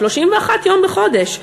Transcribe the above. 31 יום בחודש,